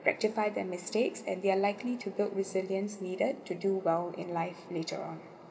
rectify their mistakes and they are likely to build resilience needed to do well in life later on